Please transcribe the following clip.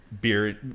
beer